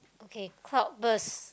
okay cloud burst